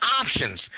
options